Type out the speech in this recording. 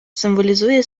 символізує